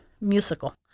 musical